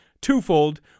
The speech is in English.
twofold